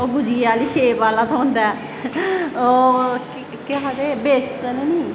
भुज्जिये दी शेप आह्ला थ्होंदा ऐ केह् आखदे बेसन नी